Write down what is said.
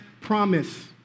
promise